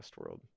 Westworld